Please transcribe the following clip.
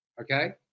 Okay